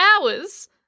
hours